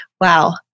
Wow